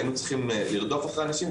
אנחנו צריכים לרדוף אחרי אנשים.